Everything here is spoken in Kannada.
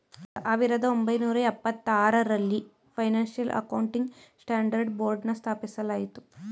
ಸಾವಿರದ ಒಂಬೈನೂರ ಎಪ್ಪತಾರರಲ್ಲಿ ಫೈನಾನ್ಸಿಯಲ್ ಅಕೌಂಟಿಂಗ್ ಸ್ಟ್ಯಾಂಡರ್ಡ್ ಬೋರ್ಡ್ನ ಸ್ಥಾಪಿಸಲಾಯಿತು